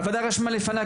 ה׳: הוועדה רשמה לפניה,